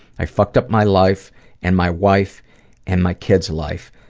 i fucked up my life and my wife and my kid's life.